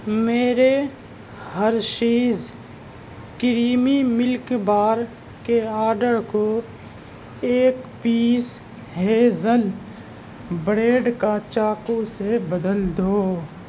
میرے Hershey's creamy milk bar کے order کو ایک پیس ہیزل برینڈ کا چاقو سے بدل دو